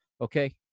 Okay